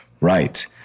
right